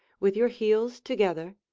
with your heels together,